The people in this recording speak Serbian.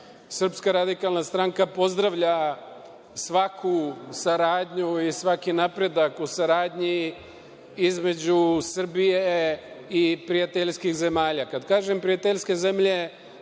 država članica, SRS pozdravlja svaku saradnju i svaki napredak u saradnji između Srbije i prijateljskih zemalja. Kada kažem prijateljske zemlje,